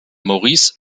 maurice